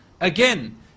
Again